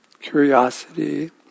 curiosity